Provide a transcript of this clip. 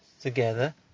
together